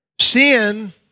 Sin